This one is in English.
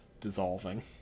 dissolving